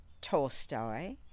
Tolstoy